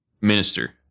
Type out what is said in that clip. minister